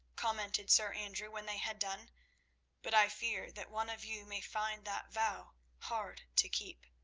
commented sir andrew when they had done but i fear that one of you may find that vow hard to keep.